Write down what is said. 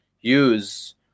use